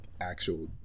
actual